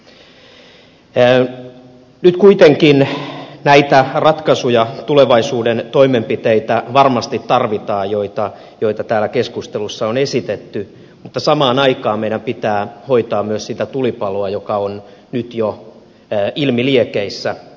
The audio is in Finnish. nyt kuitenkin varmasti tarvitaan näitä ratkaisuja tulevaisuuden toimenpiteitä joita täällä keskustelussa on esitetty mutta samaan aikaan meidän pitää hoitaa myös sitä tulipaloa joka on nyt jo ilmiliekeissä